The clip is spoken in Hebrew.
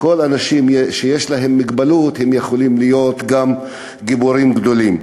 כל האנשים שיש להם מוגבלות יכולים להיות גם גיבורים גדולים.